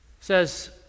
says